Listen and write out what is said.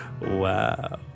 wow